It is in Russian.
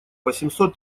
восемьсот